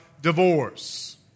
divorce